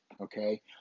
okay